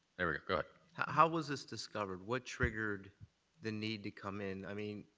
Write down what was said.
there you go. go ahead. how was this discovered? what triggered the need to come in? i mean,